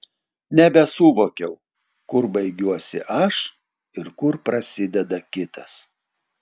nebesuvokiau kur baigiuosi aš ir kur prasideda kitas